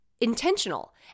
intentional